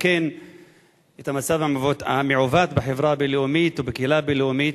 בתיקון המצב המעוות בחברה הבין-לאומית ובקהילה הבין-לאומית.